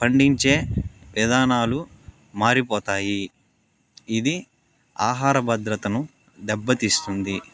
పండించే విధానాలు మారిపోతాయి ఇది ఆహార భద్రతను దెబ్బతీస్తుంది